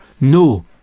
no